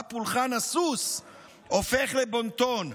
שבה פולחן הסוס הופך לבון טון.